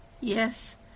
Yes